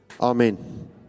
Amen